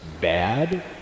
bad